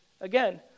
Again